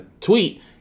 tweet